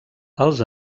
els